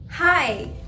Hi